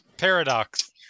Paradox